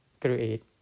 create